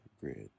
grid